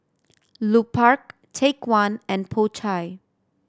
Lupark Take One and Po Chai